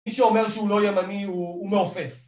מי שאומר שהוא לא ימני הוא מעופף